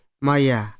maya